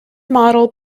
modelled